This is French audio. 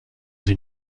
dans